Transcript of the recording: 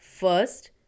First